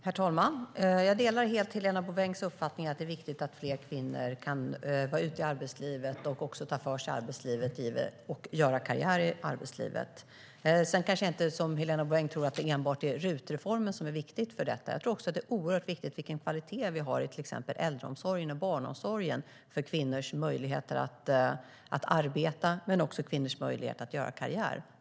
Herr talman! Jag delar helt Helena Bouvengs uppfattning att det är viktigt att fler kvinnor kan vara ute i arbetslivet, ta för sig i arbetslivet och göra karriär. Sedan kanske jag inte, som Helena Bouveng, tror att det är enbart RUT-reformen som är viktig för detta. Jag tror att det också är oerhört viktigt vilken kvalitet vi har i till exempel äldreomsorgen och barnomsorgen för kvinnors möjligheter att arbeta men också att göra karriär.